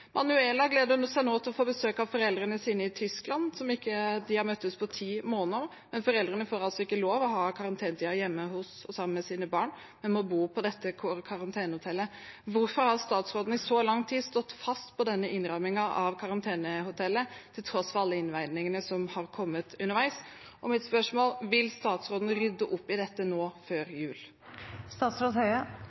Manuela gleder seg nå til å få besøk av foreldrene sine i Tyskland. De har ikke møttes på ti måneder, men foreldrene får ikke lov til å gjennomføre karantenetiden sammen med sine barn. De må bo på dette karantenehotellet. Hvorfor har statsråden i så lang tid stått fast på denne innretningen av karantenehotell til tross for alle innvendingene som har kommet underveis? Vil statsråden rydde opp i dette nå før